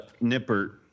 Nipper